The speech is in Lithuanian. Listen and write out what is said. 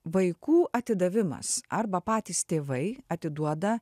vaikų atidavimas arba patys tėvai atiduoda